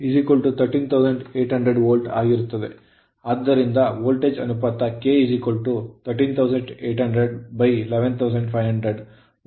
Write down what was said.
ಆದ್ದರಿಂದ ಈಗ ವೋಲ್ಟೇಜ್ ಅನುಪಾತ k13800 11500 138 115 ಆಗಿರುತ್ತದೆ